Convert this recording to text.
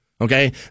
Okay